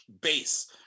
base